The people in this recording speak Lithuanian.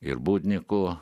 ir budniku